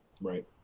Right